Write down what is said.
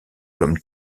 comme